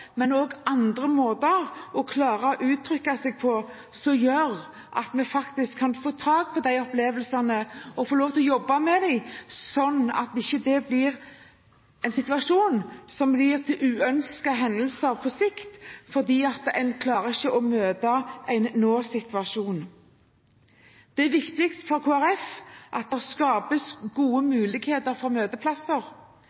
og andre måter å uttrykke seg på, som gjør at vi kan få tak i opplevelsene og få lov til å jobbe med dem, sånn at det ikke blir en situasjon som fører til uønskede hendelser på sikt fordi en ikke klarer å møte nå-situasjonen. Det er viktig for Kristelig Folkeparti at det skapes gode muligheter for møteplasser,